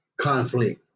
conflict